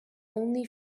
only